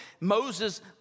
Moses